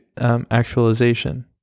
actualization